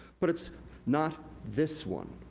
but, it's not this one,